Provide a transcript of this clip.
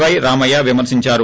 పైరామయ్య విమర్తించారు